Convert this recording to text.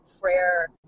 prayer